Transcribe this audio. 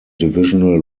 divisional